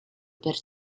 per